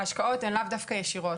ההשקעות הן לאו דווקא ישירות,